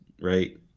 right